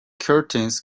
curtains